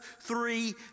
three